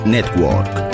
Network